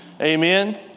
Amen